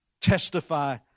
testify